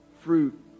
fruit